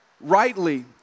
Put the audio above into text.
rightly